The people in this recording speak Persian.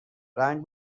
رنگ